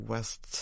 West